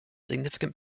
significant